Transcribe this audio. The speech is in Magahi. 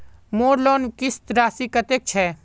मोर लोन किस्त राशि कतेक छे?